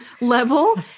level